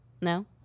no